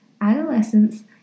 adolescence